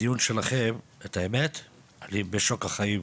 הדיון שלכם, האמת שאני בשוק החיים.